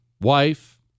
wife